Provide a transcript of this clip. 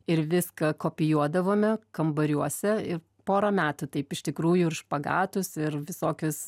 ir viską kopijuodavome kambariuose ir porą metų taip iš tikrųjų ir špagatus ir visokius